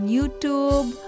YouTube